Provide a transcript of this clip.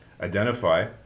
identify